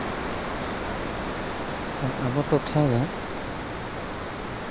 ᱟᱪᱪᱷᱟ ᱟᱵᱚ ᱴᱚᱴᱷᱟ ᱫᱚ